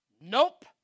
Nope